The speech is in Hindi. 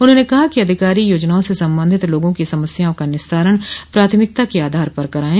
उन्होंने कहा कि अधिकारी योजनाओं से संबंधित लोगों की समस्याओं का निस्तारण प्राथमिकता के आधार पर कराये